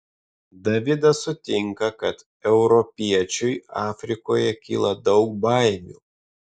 davidas sutinka kad europiečiui afrikoje kyla daug baimių